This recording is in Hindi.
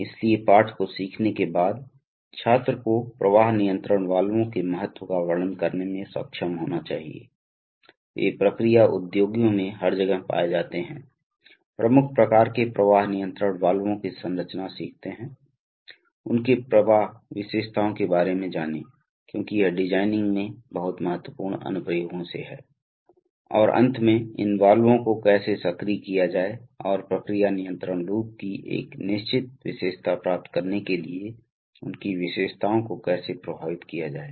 इसलिए पाठ को सीखने के बाद छात्र को प्रवाह नियंत्रण वाल्वों के महत्व का वर्णन करने में सक्षम होना चाहिए वे प्रक्रिया उद्योगों में हर जगह पाए जाते हैं प्रमुख प्रकार के प्रवाह नियंत्रण वाल्वों की संरचना सीखते हैं उनके प्रवाह विशेषताओं के बारे में जानें क्योंकि यह डिजाइनिंग में बहुत महत्वपूर्ण अनुप्रयोगों है और अंत में इन वाल्वों को कैसे सक्रिय किया जाए और प्रक्रिया नियंत्रण लूप की एक निश्चित विशेषता प्राप्त करने के लिए उनकी विशेषताओं को कैसे प्रभावित किया जाए